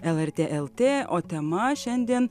lrt lt o tema šiandien